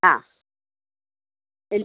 ആ ഇൽ